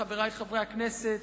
חברי חברי הכנסת,